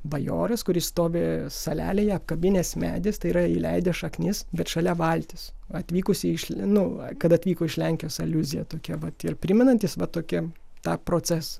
bajoras kuris stovi salelėje apkabinęs medis tai yra įleidęs šaknis bet šalia valtis atvykusieji iš linų kad atvyko iš lenkijos aliuzija tokia vat ir primenantis va tokį tą procesą